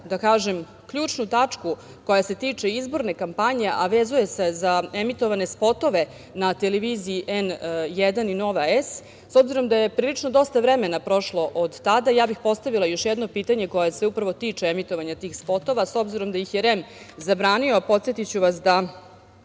da kažem, ključnu tačku koja se tiče izborne kampanje, a vezuje se za emitovane spotove na televiziji N1 i Nova S, s obzirom da je prilično dosta vremena prošlo od tada, ja bih postavila još jedno pitanje koje se upravo tiče emitovanja tih spotova.S obzirom da ih je REM zabranio, podsetiću vas da